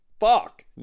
Fuck